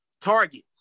target